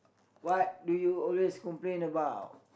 what do you always complain about